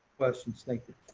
questions, thank you.